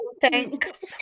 Thanks